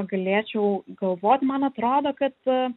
galėčiau galvot man atrodo kad